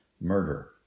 murder